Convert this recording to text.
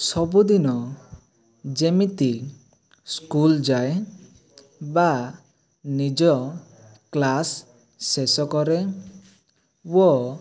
ସବୁଦିନ ଯେମିତି ସ୍କୁଲ ଯାଏ ବା ନିଜ କ୍ଳାସ ଶେଷ କରେ ଓ